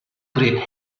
great